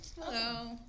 Hello